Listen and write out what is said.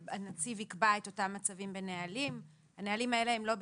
הנציב יקבע את אותם מצבים בנהלים/ הנהלים האלה הם לא בהתייעצות.